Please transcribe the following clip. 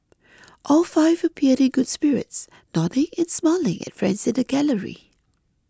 all five appeared in good spirits nodding and smiling at friends in gallery